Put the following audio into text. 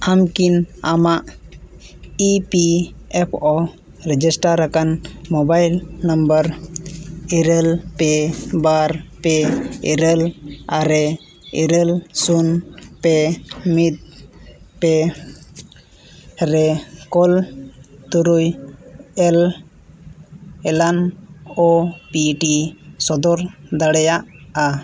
ᱟᱢ ᱠᱤ ᱟᱢᱟᱜ E P F O register ᱟᱠᱟᱱ ᱢᱳᱵᱟᱭᱤᱞ ᱱᱟᱢᱵᱟᱨ ᱤᱨᱟᱹᱞ ᱯᱮ ᱵᱟᱨ ᱯᱮ ᱤᱨᱟᱹᱞ ᱟᱨᱮ ᱤᱨᱟᱹᱞ ᱥᱩᱱ ᱯᱮ ᱢᱤᱫ ᱯᱮ ᱨᱮ ᱠᱳᱞᱟᱜ ᱛᱩᱨᱩᱭ ᱮᱞ ᱮᱞᱟᱱ ᱳ ᱯᱤ ᱴᱤ ᱥᱚᱫᱚᱨ ᱫᱟᱲᱮᱭᱟᱜᱼᱟ